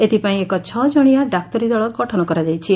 ଏଥପାଇଁ ଏକ ଛଅ ଜଶିଆ ଡାକ୍ତରୀ ଦଳ ଗଠନ କରାଯାଇଛି